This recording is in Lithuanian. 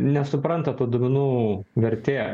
nesupranta tų duomenų vertė